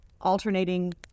alternating